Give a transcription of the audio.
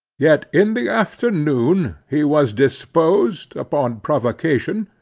yet in the afternoon he was disposed, upon provocation,